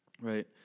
Right